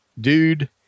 dude